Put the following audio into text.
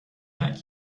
neck